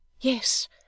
Yes